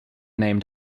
named